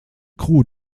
crew